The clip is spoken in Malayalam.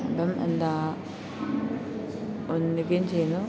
ഇപ്പം എന്താ ഒന്നെങ്കിൽ ചെയ്യുന്നു